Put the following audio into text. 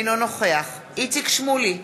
אינו נוכח איציק שמולי,